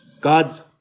God's